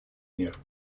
мер